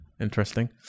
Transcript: Interesting